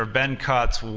ah been cuts.